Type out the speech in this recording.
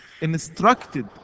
instructed